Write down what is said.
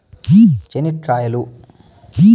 చెనిక్కాయలు